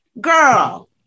Girl